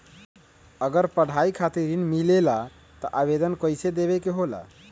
अगर पढ़ाई खातीर ऋण मिले ला त आवेदन कईसे देवे के होला?